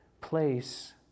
place